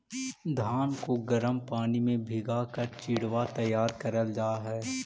धान को गर्म पानी में भीगा कर चिड़वा तैयार करल जा हई